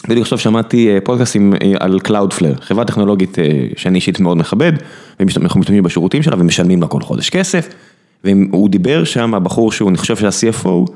בדיוק עכשיו שמעתי אה, פודקסטים אה, על Cloudflare, חברה טכנולוגית אה.. שאני אישית מאוד מכבד, אנחנו משתמשים בשירותים שלה ומשלמים לה כל חודש כסף, והוא דיבר שם, הבחור שהוא, אני חושב שהוא ה-CFO,